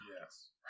Yes